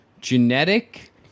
genetic